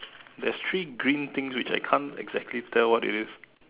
there's three green things which I can't exactly tell what it is